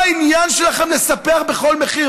מה העניין שלכם לספח בכל מחיר?